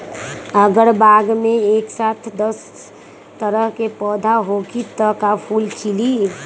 अगर बाग मे एक साथ दस तरह के पौधा होखि त का फुल खिली?